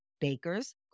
baker's